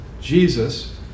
Jesus